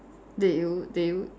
did you did you